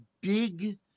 big